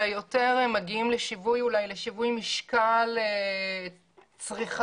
אלא יותר מגיעים לשיווי משקל צריכתי.